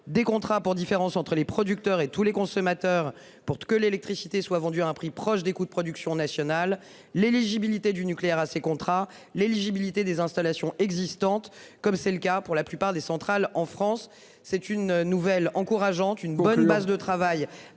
des contrats pour différence entre les producteurs et tous les consommateurs, pour que l'électricité soit vendu à un prix proche des coûts de production nationale l'éligibilité du nucléaire à ces contrats l'éligibilité des installations existantes, comme c'est le cas pour la plupart des centrales en France, c'est une nouvelle encourageante, une bonne base de travail